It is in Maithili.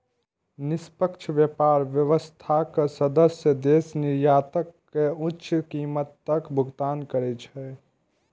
निष्पक्ष व्यापार व्यवस्थाक सदस्य देश निर्यातक कें उच्च कीमतक भुगतान करै छै